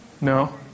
No